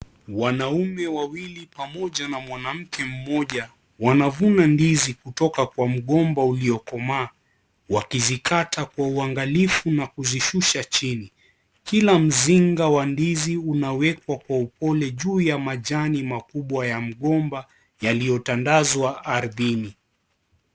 Wanaume wawili pamoja na mwanamke mmoja, wanavuna ndizi kutoka kwa mgomba uliokomaa wakizikata kwa uangalifu na kuzishusha chini. Kila mzinga wa mandizi unawekwa juu ya majani makubwa ya mgomba yaliotandazwa ardhini.